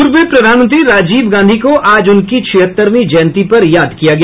पूर्व प्रधानमंत्री राजीव गांधी को आज उनकी छिहत्तरवीं जयन्ती पर याद किया गया